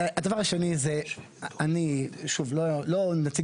לימור סון הר מלך (עוצמה